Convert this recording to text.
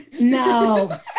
No